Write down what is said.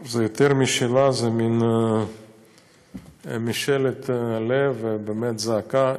טוב, זה יותר משאלה, זה מין משאלת לב, באמת, זעקה.